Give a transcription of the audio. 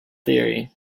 theory